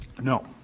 No